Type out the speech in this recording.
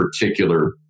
particular